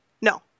no